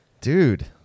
dude